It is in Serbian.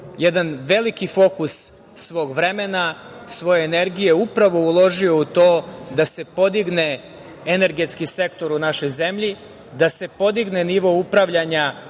jedan veliki fokus svog vremena, svoje energije, upravo uložio u to da se podigne energetski sektor u našoj zemlji, da se podigne nivo upravljanja